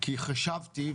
כי חשבתי,